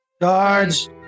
Guards